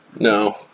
No